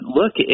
look